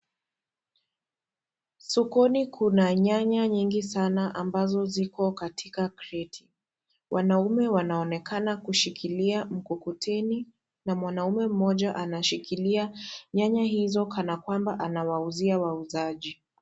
Sokoni kuna nyanya nyingi sana ambazo ziko katika kreti, wanaume wanaonekana kushikilia mkokoteni na mwanaume mmoja anashikilia nyanya hizo kana kwamba anawauzia wauzaji.